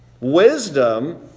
Wisdom